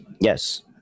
Yes